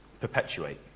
Perpetuate